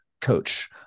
coach